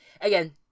again